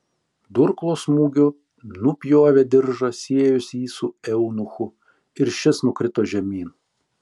durklo smūgiu nupjovė diržą siejusį jį su eunuchu ir šis nukrito žemyn